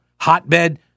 Hotbed